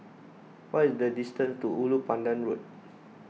what is the distance to Ulu Pandan Road